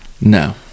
No